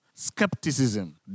skepticism